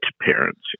parents